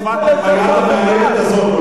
ואל, כל הזמן עם היד המאיימת הזאת.